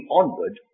onward